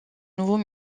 nouveau